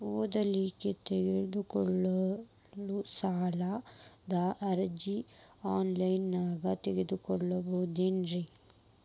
ಓದಲಿಕ್ಕೆ ತಗೊಳ್ಳೋ ಸಾಲದ ಅರ್ಜಿ ಆನ್ಲೈನ್ದಾಗ ತಗೊಬೇಕೇನ್ರಿ?